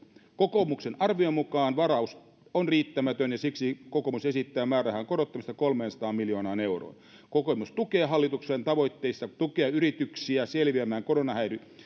kokoomuksen arvion mukaan varaus on riittämätön ja siksi kokoomus esittää määrärahan korottamista kolmeensataan miljoonaan euroon kokoomus tukee hallitusta tavoitteessa tukea yrityksiä selviämään